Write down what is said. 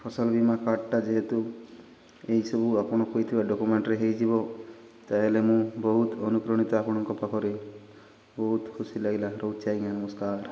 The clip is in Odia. ଫସଲ ବୀମା କାର୍ଡ଼ଟା ଯେହେତୁ ଏଇସବୁ ଆପଣ କହିଥିବା ଡକ୍ୟୁମେଣ୍ଟରେ ହେଇଯିବ ତା'ହେଲେ ମୁଁ ବହୁତ ଅନୁପ୍ରଣିତ ଆପଣଙ୍କ ପାଖରେ ବହୁତ ଖୁସି ଲାଗିଲା ରହୁଛି ଆଜ୍ଞା ନମସ୍କାର